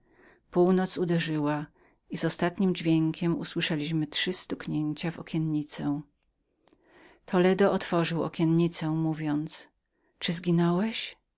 północ uderzyła i z ostatnim dźwiękiem usłyszeliśmy trzy stuknięcia w okiennicę toledo otworzył okiennicę mówiąc czy zginąłeś